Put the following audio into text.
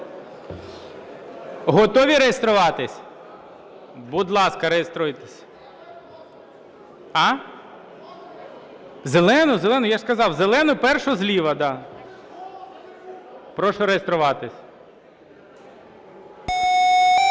Готові реєструватись? Будь ласка, реєструйтесь. Зелену, зелену, я ж сказав, зелену, першу зліва, так. Прошу реєструватись. 10:11:34